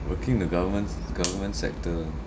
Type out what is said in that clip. working in the government's government sector lah